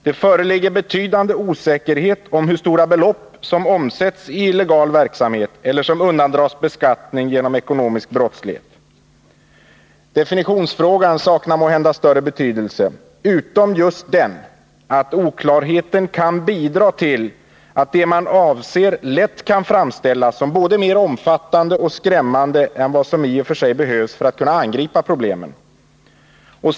Det föreligger betydande osäkerhet om hur stora belopp som omsätts i illegal verksamhet eller som undandras beskattning genom ekonomisk brottslighet. Definitionsfrågan saknar måhända större betydelse, utom just den att oklarheten kan bidra till att det man avser lätt kan framställas som både mer omfattande och mer skrämmande än vad som i och för sig behövs för att man skall kunna angripa problemen.